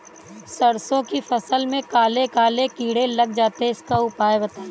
सरसो की फसल में काले काले कीड़े लग जाते इसका उपाय बताएं?